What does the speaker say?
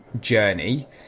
journey